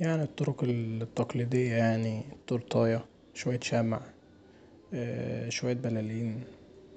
يعني الطرق التقليديه، تورتايه، شوية شمع، شوية بلالين،